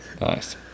Nice